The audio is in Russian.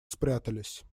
спрятались